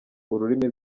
ururimi